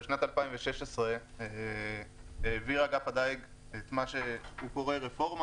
בשנת 2016 העביר אגף הדייג את מה שהוא קורא רפורמה,